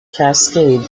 cascade